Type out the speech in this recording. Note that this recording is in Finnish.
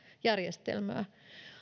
järjestelmää